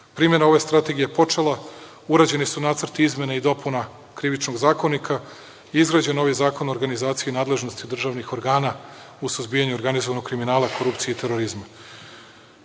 ove strategije je počela, urađeni su nacrti izmena i dopuna Krivičnog zakonika, izrađen novi Zakon o organizaciji i nadležnosti državnih organa u suzbijanju organizovanog kriminala, korupcije i terorizma,